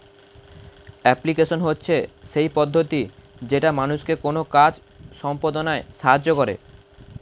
application হচ্ছে সেই পদ্ধতি যেটা মানুষকে কোনো কাজ সম্পদনায় সাহায্য করে